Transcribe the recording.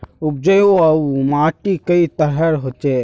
उपजाऊ माटी कई तरहेर होचए?